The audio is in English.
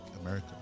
America